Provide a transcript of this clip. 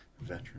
Veteran